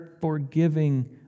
forgiving